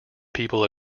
people